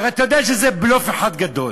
הרי אתה יודע שזה בלוף אחד גדול.